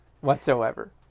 whatsoever